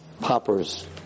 poppers